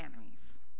enemies